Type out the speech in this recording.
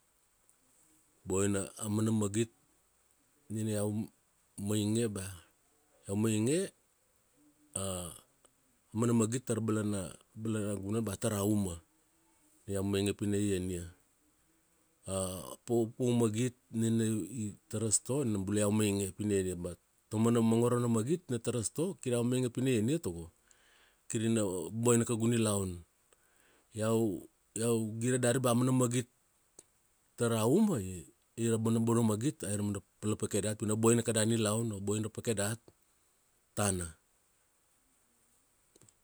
Boina. Amana magit, nina iau mainge ba, iau mainge aumana magit tara balana- balanagunan ba tara uma, ni iau mainge pi na ien ia. A paupau magit nina i tara store nam bula iau mainge pi na ian ia but, ta umana mongoro na magit ni tara store kir iau mainge pi na ian ia tago, kir ina boina kaugu nilau. Iau, iau gire dari bea mana magit tara uma, ia ra mana bona magit aira mana palapakai dat pi na boina kada nilaun, na boina pake, dat tana.